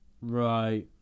Right